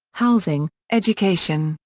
housing, education,